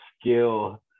skill